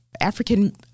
African